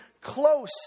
close